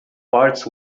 part